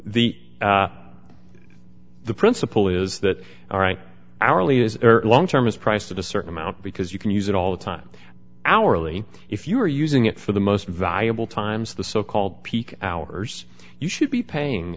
the the principle is that all right hourly is long term is priced at a certain amount because you can use it all the time hourly if you're using it for the most valuable times the so called peak hours you should be paying